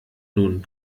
nun